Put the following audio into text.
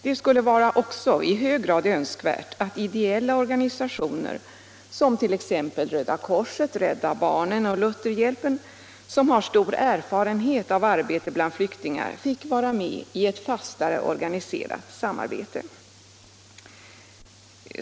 Det skulle vara i hög grad önskvärt att också ideella organisationer, t.ex. Röda korset, Rädda barnen och Lutherhjälpen, som har stor erfarenhet av arbete bland flyktingar, fick vara med i ett fastare organiserat samarbete.